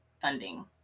funding